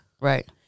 Right